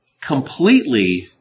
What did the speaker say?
completely